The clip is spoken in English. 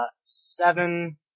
seven